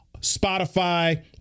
Spotify